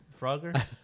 Frogger